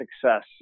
success